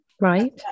right